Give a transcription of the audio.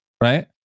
right